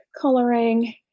coloring